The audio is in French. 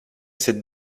cette